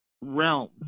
realm